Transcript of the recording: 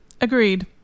Agreed